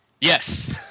yes